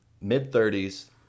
Mid-30s